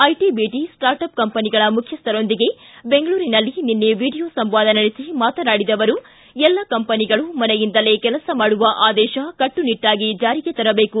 IT BT startup ಕಂಪನಿಗಳ ಮುಖ್ಯಸ್ವರೊಂದಿಗೆ ಬೆಂಗಳೂರಿನಲ್ಲಿ ನಿನ್ನೆ ವಿಡಿಯೋ ಸಂವಾದ ನಡೆಸಿ ಮಾತನಾಡಿದ ಅವರು ಎಲ್ಲ ಕಂಪನಿಗಳು ಮನೆಯಿಂದಲೇ ಕೆಲಸ ಮಾಡುವ ಆದೇಶ ಕಟ್ಟುನಿಟ್ಟಾಗಿ ಜಾರಿಗೆ ತರಬೇಕು